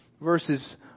verses